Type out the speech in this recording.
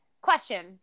Question